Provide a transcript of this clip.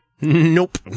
Nope